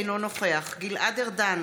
אינו נוכח גלעד ארדן,